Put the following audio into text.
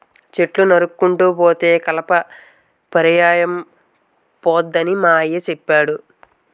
చెట్లు నరుక్కుంటూ పోతే కలప పిరియంపోద్దని మా అయ్య సెప్పినాడు